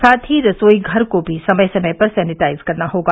साथ ही रसोई घर को भी समय समय पर सेनिटाइज करना होगा